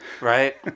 right